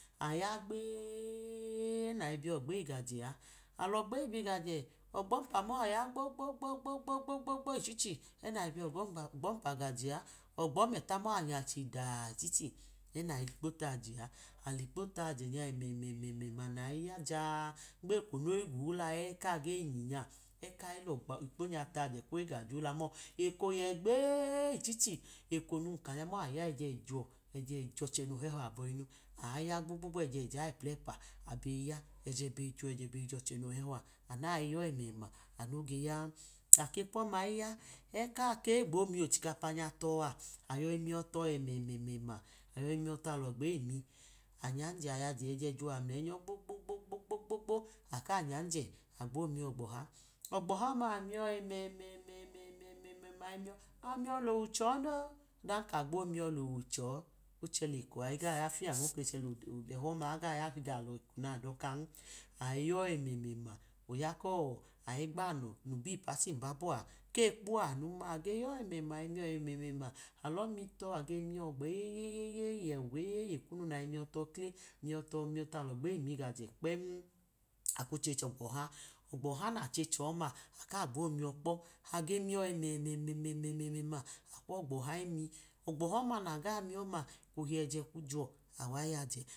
Aya gbeeeeẹ nayi biyogba eyi gajẹ, alogba eyi bigajẹ, ogba ọmpa ayagbo gbogbogbogbo ichichi ẹ nayi biyogba ọnpa gayẹ a, ọmẹla mọ anya chidna ichida ẹ nayi likpo tayẹ a, alikpo tayẹ nya ẹmẹmẹmẹma nayi ya ja-a gbeko noyi gula kage nyi nya kayi likpo nya tayẹ ẹ kojẹ ula mọ eko iyẹ gbeee chihi, eko num kanya mọ aya ẹjẹ juwọ, ẹjẹ jọchẹ no hẹhọ abọyinu, aya gbogbogbo ẹjẹ jochẹ no hẹhọ abọyinu, aya gbogbogbo ẹjẹ ja ẹplẹpa, aya ẹjẹ be jọ ẹjẹ be jọchẹ noyi hẹhọ a anu nayi yọ ẹmẹma anu noge ya, ake kwọma iya ẹ ka gbo miyọchikapa nya tọ a, ayọyi miyọ tọ ẹmẹma, ayọyi miyọ to alọgba eyi mi, anyanjẹ ayajẹ ẹjẹ juwọ amleinyọ gbogbogbo aka nyanjẹ agbo miyọ ọgba ọha, ọgba ọha ọma amiyọ ẹmẹmẹme̱ma amiyọ, amiyọ lowu ehọ non, ọdan ka gbo miyọ lowu chọ oche leko iga ya fiyan, ọchẹ lọdẹhọ ọma iga ya eko na dokan, ayi yọ ẹmẹma oya kọ-ayi igbanọ no bipu achi nobabọ ke kpọ anunma, ayi yọ ẹmẹma inyọ ẹmẹma, alọ mi tọ age miyọ ogba eyẹyẹyẹ, ọgba eye yeye kunu nayi miyọ kle, miyọ tọ miyọ tọ alogba eyi mi gajẹ kpen, a knuche ogba oha ọgba ọha na chechọ ọma aka gbo miyọ kpọ, age miyọ ẹmẹmẹme̱ma akwogba ọha imi, ogba ọha ọma na ga mi ohi ejẹ gbo jọ awaiyajẹ.